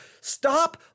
Stop